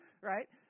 right